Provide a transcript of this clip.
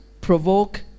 provoke